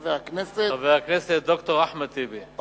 חבר הכנסת ד"ר אחמד טיבי,